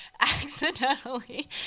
accidentally